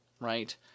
right